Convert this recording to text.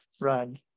run